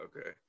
Okay